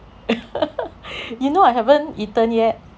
you know I haven't eaten yet